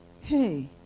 hey